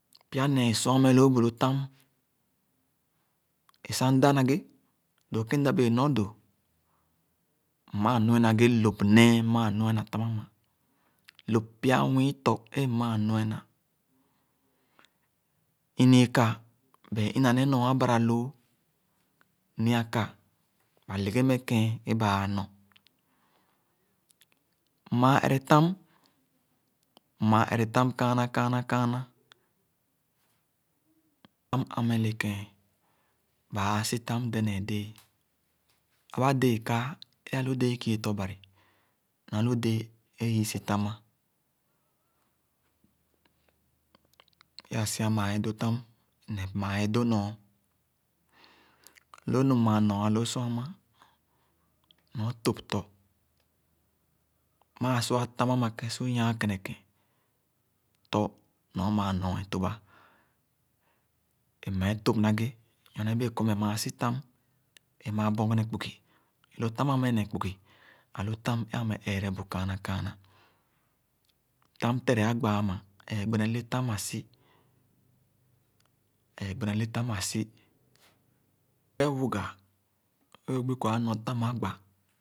Pya nee é sua meh lõõ bu lõ tam, è sah mda na ghe, dõõ kèn mda bẽẽ nɔr dõ, maa nu-e na ghe lõp nẽẽ maa nue na tam ama. Lõp pya nwii tɔ é mmaa nu-e na. Ini-ii ka ba é ina nee nɔr abara lõõ, nyi-a ka ba leghe meh kẽẽn é bãã nɔr. Mmaa ere tam, mmaa ere tam kããnà kããnà. Ãm am ã meh le kèn bãã sitam dedeem déé. Ãba déé kae é alu déé ikii tɔ- bari nɔr alu déé é ii sitam ã. I-ãã si-a mãã édõ tam ne mãã edó nɔr. Loo nu mmaa nɔɔ alõõ sor ãmã nor tõp tɔ. Mãã sua tam ãmã kè su nyàà kenekèn, tɔ nor mãã nɔr ẽẽ tõpa, è mèè tòp na ghe nyorne bẽẽ kɔr meh maa sitam è maa bɔngene kpugi è lo tam ãã meh ne kpugi. Ãlu tam é ameh ẽẽrebu kããnà. Tam tere agba ãmã ẽẽ gbene letam ã si, ẽẽ gbene letam asi. Õ ere wuga é õ gbi kɔr anɔr tam agba